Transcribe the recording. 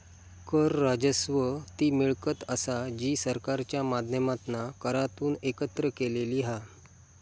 कर राजस्व ती मिळकत असा जी सरकारच्या माध्यमातना करांतून एकत्र केलेली हा